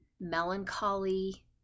melancholy